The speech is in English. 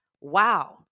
wow